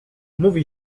mówi